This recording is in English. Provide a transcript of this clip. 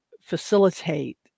facilitate